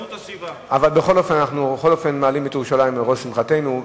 אבל בכל אופן מעלים את ירושלים על ראש שמחתנו.